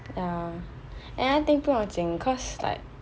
ya another thing 不要紧 cause like